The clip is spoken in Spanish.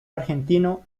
argentino